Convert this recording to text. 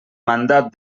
mandat